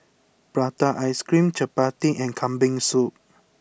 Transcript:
Prata Ice Cream Chappati and Kambing Soup